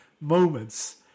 moments